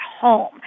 home